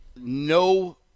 no